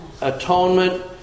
atonement